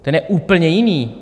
Ten je úplně jiný.